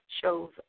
shows